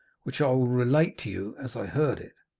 which i will relate to you as i heard it.